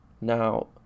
Now